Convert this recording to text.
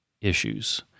issues